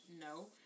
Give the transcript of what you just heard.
No